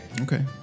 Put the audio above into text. Okay